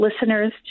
listeners